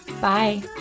Bye